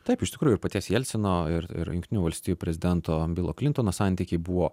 taip iš tikrųjų ir paties jelcino ir ir jungtinių valstijų prezidento bilo klintono santykiai buvo